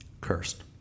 Cursed